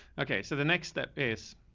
okay. so the next step is.